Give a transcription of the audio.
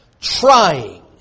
trying